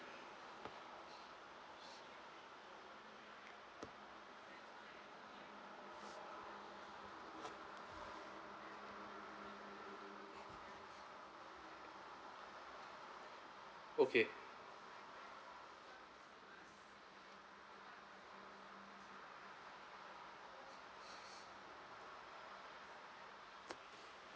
okay